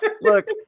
Look